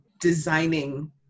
designing